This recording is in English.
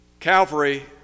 Calvary